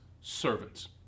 servants